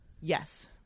Yes